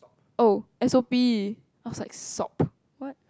oh S_O_P I was like sop what